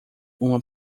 uma